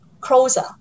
closer